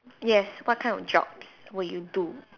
yes what kind of jobs will you do